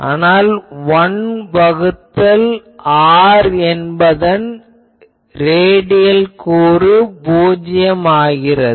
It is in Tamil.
ஆனால் 1 வகுத்தல் r என்பதன் ரேடியல் கூறு பூஜ்யம் ஆகின்றது